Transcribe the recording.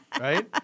right